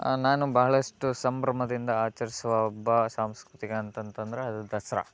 ನಾನು ಬಹಳಷ್ಟು ಸಂಭ್ರಮದಿಂದ ಆಚರಿಸುವ ಹಬ್ಬ ಸಾಂಸ್ಕೃತಿಕ ಅಂತಂದ್ರೆ ಅದು ದಸರ